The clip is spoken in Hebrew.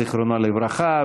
זיכרונה לברכה,